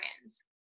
friends